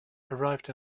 arrived